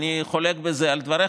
אני חולק על דבריך.